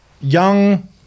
young